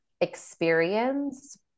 experience